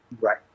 right